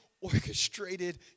orchestrated